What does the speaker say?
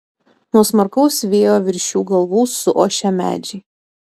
nuo smarkaus vėjo virš jų galvų suošia medžiai